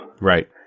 Right